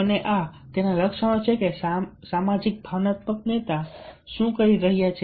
અને આ લક્ષણો છે કે સામાજિક ભાવનાત્મક નેતા તેઓ શું કરી રહ્યા છે